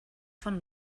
von